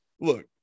Look